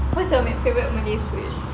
what's your favourite malay food